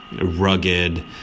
rugged